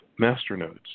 masternodes